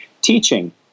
teaching